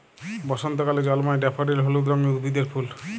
বসন্তকালে জল্ময় ড্যাফডিল হলুদ রঙের উদ্ভিদের ফুল